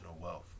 wealth